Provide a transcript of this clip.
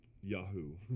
Yahoo